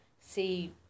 see